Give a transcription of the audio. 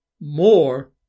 more